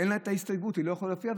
אין לה את ההסתייגות והיא לא יכולה להופיע.